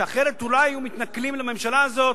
כשאחרת אולי היו מתנכלים לממשלה הזאת